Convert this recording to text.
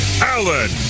Allen